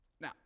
Now